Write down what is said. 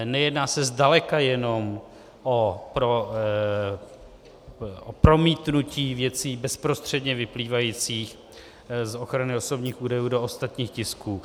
Nejedná se zdaleka jenom o promítnutí věcí bezprostředně vyplývajících z ochrany osobních údajů do ostatních tisků .